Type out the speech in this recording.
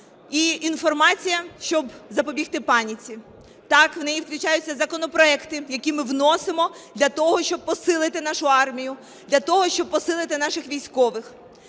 і інформація, щоб запобігти паніці. Так, в неї включаються законопроекти, які ми вносимо для того, щоб посилити нашу армію, для того, щоб посилити наших військових.